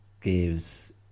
gives